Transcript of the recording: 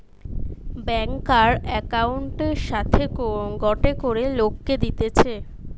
ব্যাংকার একউন্টের সাথে গটে করে লোককে দিতেছে